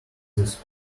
this